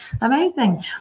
Amazing